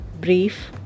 brief